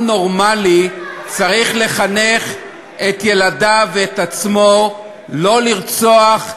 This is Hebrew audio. עם נורמלי צריך לחנך את ילדיו ואת עצמו לא לרצוח,